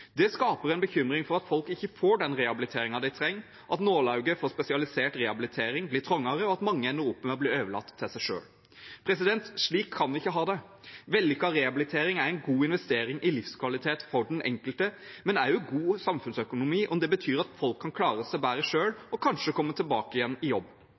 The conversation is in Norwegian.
Det skaper en bekymring for at folk ikke får den rehabiliteringen de trenger, at nåløyet for spesialisert rehabilitering blir trangere, og at mange ender opp med å bli overlatt til seg selv. Slik kan vi ikke ha det. Vellykket rehabilitering er en god investering i livskvalitet for den enkelte, men også god samfunnsøkonomi, om det betyr at folk kan klare seg bedre selv og kanskje komme tilbake igjen i jobb.